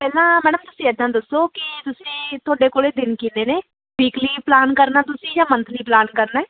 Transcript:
ਪਹਿਲਾਂ ਮੈਡਮ ਤੁਸੀਂ ਇਦਾਂ ਦੱਸੋ ਕਿ ਤੁਸੀਂ ਤੁਹਾਡੇ ਕੋਲ ਦਿਨ ਕਿੰਨੇ ਨੇ ਵੀਕ ਲਈ ਪਲਾਨ ਕਰਨਾ ਤੁਸੀਂ ਕਿ ਮੰਥ ਲਈ ਪਲਾਨ ਕਰਨਾ ਹੈ